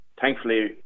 thankfully